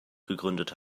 gegründet